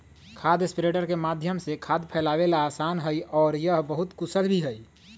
खाद स्प्रेडर के माध्यम से खाद फैलावे ला आसान हई और यह बहुत कुशल भी हई